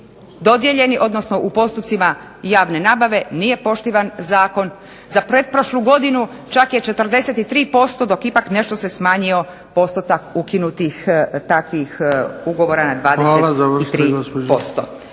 odnosno u postupcima javne nabave nije poštivan zakon. Za pretprošlu godinu čak je 43%, dok ipak nešto se smanjio postotak ukinutih takvih ugovora na 23%.